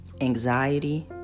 anxiety